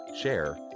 share